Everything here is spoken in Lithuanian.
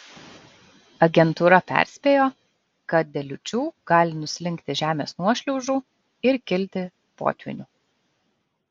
agentūra perspėjo kad dėl liūčių gali nuslinkti žemės nuošliaužų ir kilti potvynių